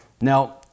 Now